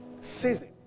Season